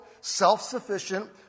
self-sufficient